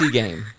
game